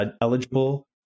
eligible